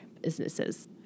businesses